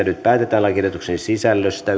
nyt päätetään lakiehdotuksen sisällöstä